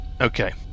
Okay